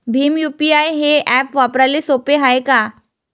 Bhim UPI हे app वापराले सोपे हाय का?